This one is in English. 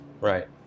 Right